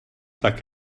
tak